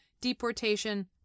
deportation